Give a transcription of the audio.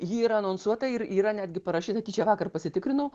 ji yra anonsuota ir yra netgi parašyta tyčia vakar pasitikrinau